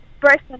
person